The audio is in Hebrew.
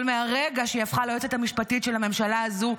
אבל מהרגע שהיא הפכה ליועצת המשפטית של הממשלה הזו,